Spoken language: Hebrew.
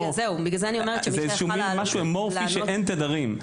זה משהו אמורפי שאין תדרים.